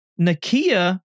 Nakia